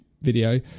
video